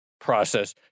process